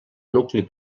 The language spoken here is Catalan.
nucli